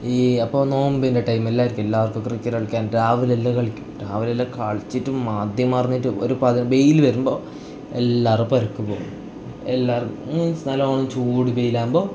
ഈ അപ്പോൾ നോമ്പിൻ്റെ ടൈമിലെല്ലാം ആയിരിക്കും എല്ലാവർക്കും ക്രിക്കറ്റ് കളിക്കാൻ രാവിലെ എല്ലാം കളിക്കും രാവിലെ എല്ലാം കളിച്ചിട്ട് മതി മറന്നിട്ട് ഒരു പതി വെയിൽ വരുമ്പോൾ എല്ലാവരും പെരയ്ക്ക് പോവും എല്ലാവർക്കും മീൻസ് നല്ലവണ്ണം ചൂട് വെയിലാവുമ്പോൾ